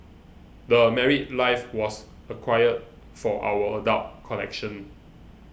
The Married Life was acquired for our adult collection